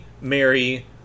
Mary